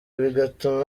bigatuma